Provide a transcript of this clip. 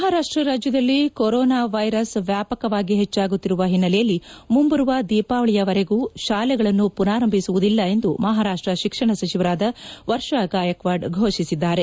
ಮಹಾರಾಷ್ಟ್ದಲ್ಲಿ corona virus ವ್ಯಾಪಕವಾಗಿ ಹೆಚ್ಚಾಗುತ್ತಿರುವ ಹಿನ್ನೆಲೆಯಲ್ಲಿ ಮುಂಬರುವ ದೀಪಾವಳಿಯಲ್ಲಿವರೆಗೂ ಶಾಲೆಗಳನ್ನು ಪುನರಾರಂಭಿಸುವುದಿಲ್ಲ ಎಂದು ಮಹಾರಾಷ್ಟ್ರ ಶಿಕ್ಷಣ ಸಚಿವರಾದ ವರ್ಷ ಗಾಯಕವಾಡ್ ಘೋಷಿಸಿದ್ದಾರೆ